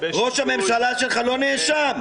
ראש הממשלה שלך לא נאשם?